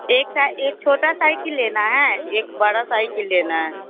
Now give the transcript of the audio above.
एक एक छोटा साइकिल लेना है एक बड़ा साइकिल लेना है